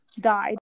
died